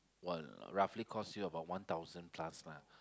one roughly cost you about one thousand plus lah